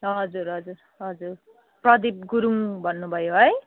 हजुर हजुर हजुर प्रदिप गुरुङ भन्नु भयो है